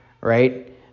right